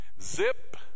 zip